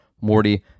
Morty